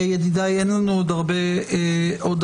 אין לנו עוד הרבה זמן.